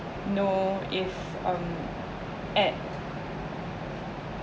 know if um at